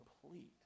complete